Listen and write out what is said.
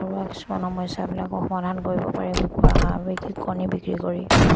ঘৰুৱা কিছুমান সমস্যাবিলাক সমাধান কৰিব পাৰে কুকুৰা হাঁহ বি কণী বিক্ৰী কৰি